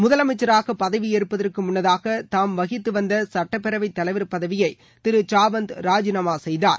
முதலமைச்சராக பதவி ஏற்பதற்கு முன்னதாக தாம் வகித்து வந்த சட்டப்பேரவை தலைவா் பதவியை திரு சாவந்த் ராஜினாமா செய்தார்